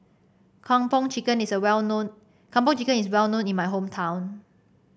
Kung Po Chicken is a well known Kung Po Chicken is well known in my hometown